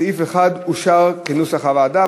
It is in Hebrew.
סעיף 1 אושר כנוסח הוועדה,